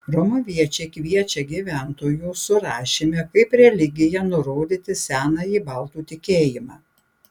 romuviečiai kviečia gyventojų surašyme kaip religiją nurodyti senąjį baltų tikėjimą